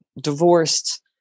divorced